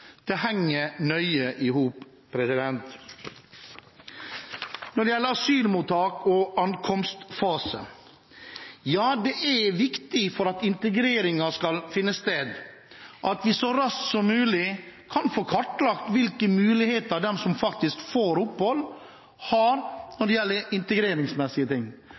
Det henger nøye i hop. Når det gjelder asylmottak og ankomstfase, er det viktig for at integreringen skal finne sted, at vi så raskt som mulig får kartlagt hvilke muligheter de som faktisk får opphold, har når det gjelder integreringsmessige ting.